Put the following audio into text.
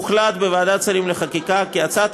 הוחלט בוועדת השרים לחקיקה כי הצעת